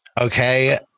Okay